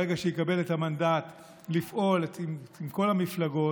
ברגע שיקבל את המנדט, לפעול עם כל המפלגות.